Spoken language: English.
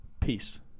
Peace